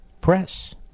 press